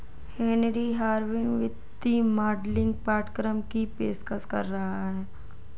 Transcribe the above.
Henry Harvin वित्तीय modelling पाठ्यक्रम की पेशकश कर रहा हैं